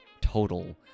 total